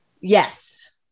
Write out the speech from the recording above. Yes